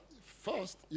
First